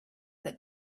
that